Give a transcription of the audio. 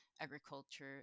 agriculture